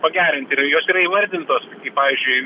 pagerinti ir jos yra įvardintos pavyzdžiui